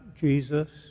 Jesus